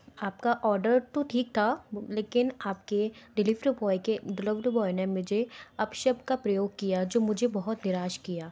आपका ऑर्डर तो ठीक था लेकिन आपके डिलीवरी बॉय के डिलीवरी बॉय ने मुझे अपशब्द का प्रयोग किया जो मुझे बहुत निराश किया